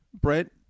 Brent